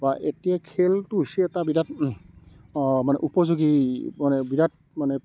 বা এতিয়া খেলটো হৈছে এটা বিৰাট মানে উপযোগী মানে বিৰাট মানে